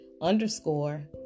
underscore